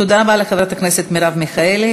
תודה רבה לחברת הכנסת מרב מיכאלי.